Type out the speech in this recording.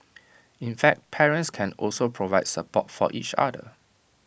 in fact parents can also provide support for each other